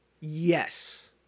Yes